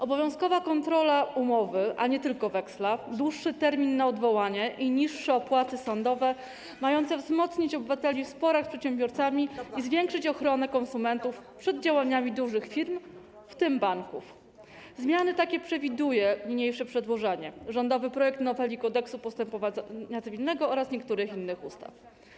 Obowiązkowa kontrola umowy, a nie tylko weksla, dłuższy termin na odwołanie i niższe opłaty sądowe, mające wzmocnić obywateli w sporach z przedsiębiorcami i zwiększyć ochronę konsumentów przed działaniami dużych firm, w tym banków - takie zmiany przewiduje niniejsze przedłożenie, rządowy projekt noweli Kodeksu postępowania cywilnego oraz niektórych innych ustaw.